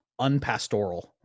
unpastoral